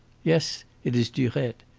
yes, it is durette.